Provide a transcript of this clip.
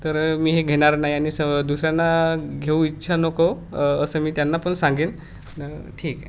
तर मी हे घेणार नाही आणि स दुसऱ्यांना घेऊ इच्छा नको असं मी त्यांना पण सांगेन ठीक आहे